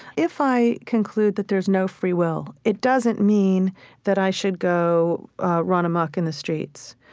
if i conclude that there is no free will, it doesn't mean that i should go run amok in the streets.